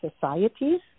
societies